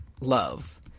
love